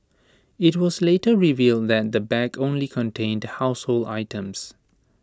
IT was later revealed that the bag only contained household items